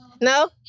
No